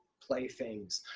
play things.